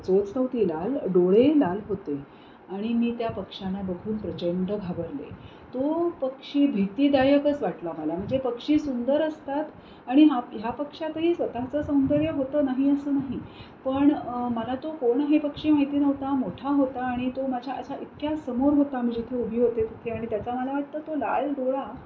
चोच नव्हती लाल डोळे लाल होते आणि मी त्या पक्ष्याला बघून प्रचंड घाबरले तो पक्षी भीतीदायकच वाटला मला म्हणजे पक्षी सुंदर असतात आणि हा ह्या पक्षातही स्वतःचं सौंदर्य होतं नाही असं नाही पण मला तो कोण आहे पक्षी माहिती नव्हता मोठा होता आणि तो माझ्या अशा इतक्या समोर होता मी जिथे उभी होते तिथे आणि त्याचा मला वाटतं तो लाल डोळा